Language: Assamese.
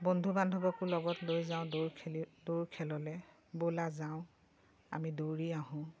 বন্ধু বান্ধৱকো লগত লৈ যাওঁ খেলি দৌৰ খেললৈ ব'লা যাওঁ আমি দৌৰি আহোঁ